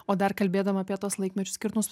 o dar kalbėdama apie tuos laikmečių skirtumus